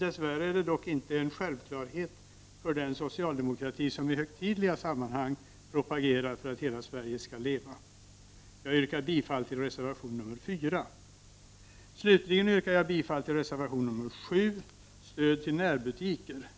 Dess värre är det dock inte en självklarhet för den socialdemokrati som i högtid liga sammanhang propagerar för att ”hela Sverige ska leva”. Jag yrkar bifall till reservation nr 4. Slutligen yrkar jag bifall till reservation nr 7 som gäller stöd till närbutiker.